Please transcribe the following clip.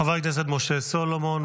חבר הכנסת משה סולומון,